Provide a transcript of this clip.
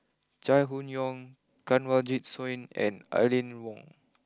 Chai Hon Yoong Kanwaljit Soin and Aline Wong